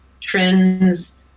trends